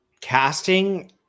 casting